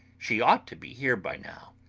she ought to be here by now.